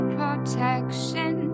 protection